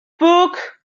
puk